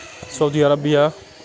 Saudi Arabia